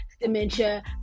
dementia